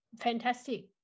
fantastic